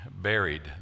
buried